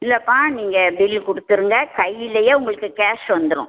இல்லைப்பா நீங்கள் பில் கொடுத்துருங்க கையிலேயே உங்களுக்கு கேஷ் வந்துடும்